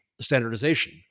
standardization